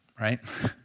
right